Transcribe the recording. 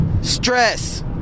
Stress